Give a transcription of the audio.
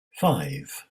five